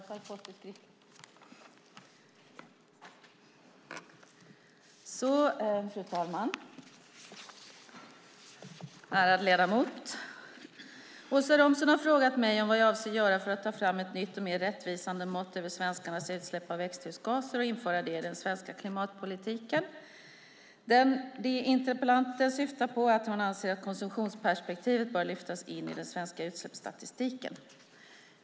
Fru talman! Ärade ledamot! Åsa Romson har frågat mig om vad jag avser att göra för att ta fram ett nytt och mer rättvisande mått över svenskarnas utsläpp av växthusgaser och införa det i den svenska klimatpolitiken. Det interpellanten syftar på är att hon anser att konsumtionsperspektivet bör lyftas in i den svenska utsläppsstatistiken.